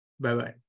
Bye-bye